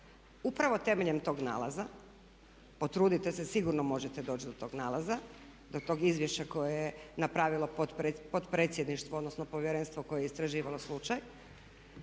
upravo temeljem tog nalaza. Potrudite se, sigurno možete doći do tog nalaza, do tog izvješća koje je napravilo povjerenstvo koje je istraživalo slučaj.